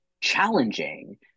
challenging